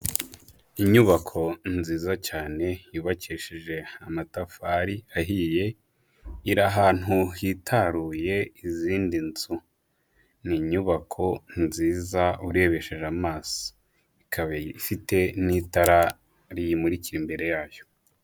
Inyubako nziza cyane yubakishije amatafari ahiye, iri ahantu hitaruye izindi nzu, ni inyubako nziza urebesheje amaso, ikaba ifite n'itara riyimurikira imbere yayo.